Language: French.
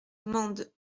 mende